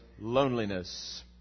loneliness